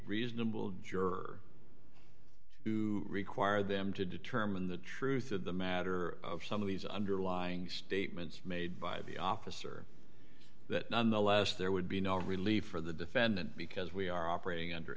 reasonable juror to require them to determine the truth of the matter of some of these underlying statements made by the officer that nonetheless there would be no relief for the defendant because we are operating under